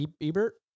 Ebert